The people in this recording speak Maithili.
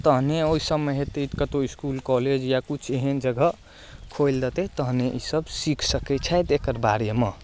तहने ओहि सबमे हेतै कतौ इसकुल कॉलेज या कुछ एहन जगह खोइल लेतै तहने ईसब सीख सकै छैथ एकर बारे मऽ